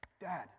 dad